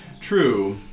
True